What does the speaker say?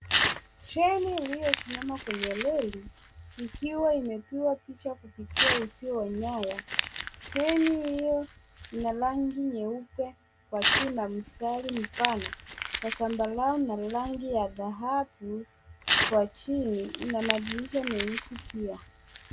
Treni iliyosimama kwenye reli ikiwa imepigwa picha kupitia uzio wa nyaya. Treni hiyo ina rangi nyeupe kwa juu na mistari mipana ya zambarau na rangi ya dhahabu kwa chini, ina madirisha meusi pia.